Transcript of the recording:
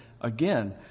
again